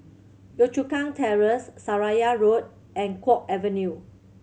Yio Chu Kang Terrace Seraya Road and Guok Avenue